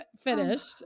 finished